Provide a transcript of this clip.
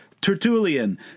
Tertullian